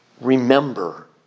remember